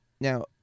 now